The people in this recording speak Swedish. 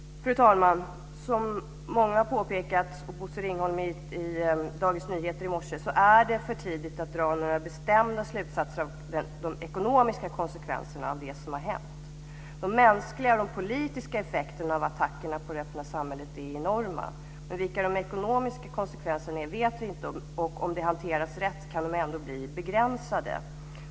Fru talman! Som många har påpekat, och Bosse Ringholm i Dagens Nyheter i dag, är det för tidigt att dra några bestämda slutsatser vad gäller de ekonomiska konsekvenserna av det som har hänt. De mänskliga och de politiska effekterna av attackerna på det öppna samhället är enorma, men vilka de ekonomiska konsekvenserna är vet vi inte. Om de hanteras rätt kan de ändå bli begränsade.